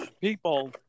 people